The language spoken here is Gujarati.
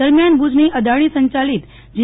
દરમિયાન ભુજની અદાણી સંચાલિત જી